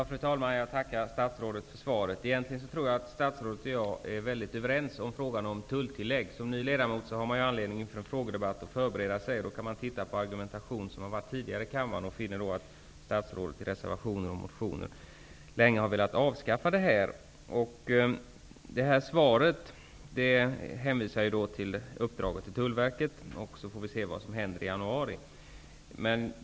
Fru talman! Jag tackar statsrådet för svaret. Jag tror egentligen att statsrådet och jag är överens i frågan om tulltillägg. Som ny ledamot har man anledning att förbereda sig inför en frågedebatt. När jag tog del av tidigare argumentation i den här kammaren fann jag att statsrådet i motioner och reservationer länge har velat avskaffa tulltillägget. Sedan får vi se vad som händer i januari.